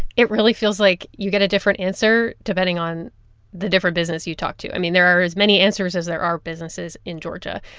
it really feels like you get a different answer depending on the different business you talk to. i mean, there are as many answers as there are businesses in georgia.